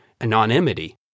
anonymity